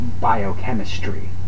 biochemistry